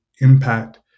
impact